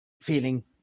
feeling